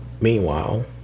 Meanwhile